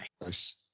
nice